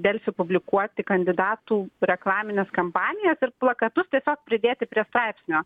delfi publikuoti kandidatų reklamines kampanijas ir plakatus tiesiog pridėti prie straipsnio